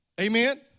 Amen